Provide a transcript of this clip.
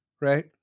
right